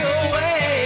away